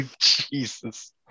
Jesus